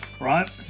Right